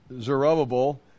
Zerubbabel